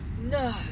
no